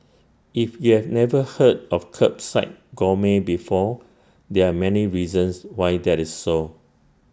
if you've never heard of Kerbside gourmet before there are many reasons why that is so